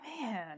man